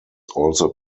also